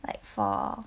like for